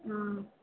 ஆ